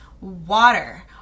water